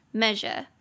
measure